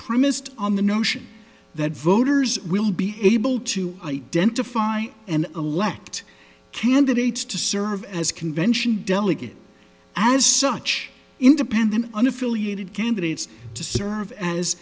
premised on the notion that voters will be able to identify and elect candidates to serve as convention delegates as such independent and affiliated candidates to serve as